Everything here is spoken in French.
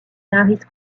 harris